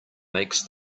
makes